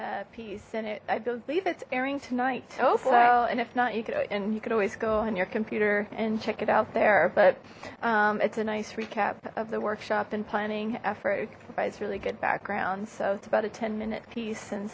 a piece in it i believe it's airing tonight so and if not you could and you could always go on your computer and check it out there but it's a nice recap of the workshop and planning effort provides really good background so it's about a ten minute piece and